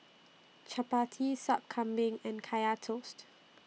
Chappati Sup Kambing and Kaya Toast